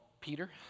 Peter